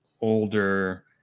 older